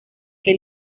que